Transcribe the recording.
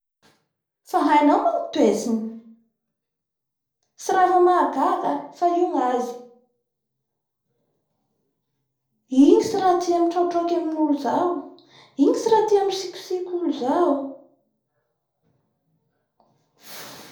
Hainaoa avao moa ny toera soa isakafona ka tarito iaho handeha agny, sady nisy olo nasaiko hihina amm-hiaraky agnamiko koa any moa